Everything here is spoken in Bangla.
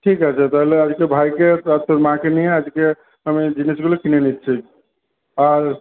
ঠিক আছে তা হলে আজকে ভাইকে আর তোর মাকে নিয়ে আজকে আমি জিনিসগুলো কিনে নিচ্ছি আর